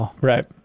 right